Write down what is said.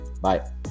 Bye